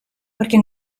perquè